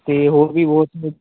ਅਤੇ ਹੋਰ ਵੀ